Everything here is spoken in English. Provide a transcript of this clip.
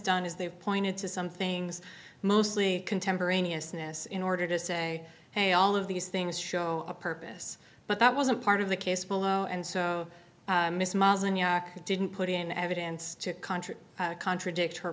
done is they've pointed to some things mostly contemporaneous ness in order to say ok all of these things show a purpose but that wasn't part of the case below and so they didn't put in evidence to contradict contradict her